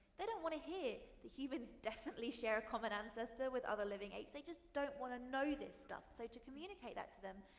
they don't want to hear that humans definitely share a common ancestor with other living apes. they just don't want to know this stuff. so, to communicate that to them.